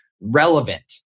relevant